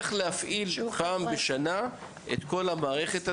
שתעסוק באיך להפעיל פעם בשנה את כל המערכת הזאת,